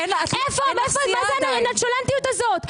מה זה הנונשלנטיות הזאת?